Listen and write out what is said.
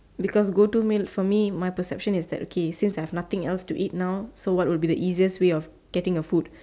because go to meal for me my perception is that okay since I have nothing else to eat now so what would be the easiest way of getting your food